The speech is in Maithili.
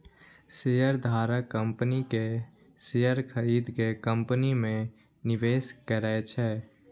शेयरधारक कंपनी के शेयर खरीद के कंपनी मे निवेश करै छै